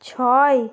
ছয়